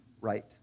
right